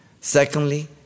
Secondly